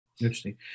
interesting